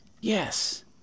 Yes